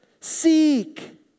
seek